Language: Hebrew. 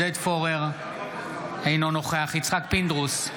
אינו נוכח יצחק פינדרוס,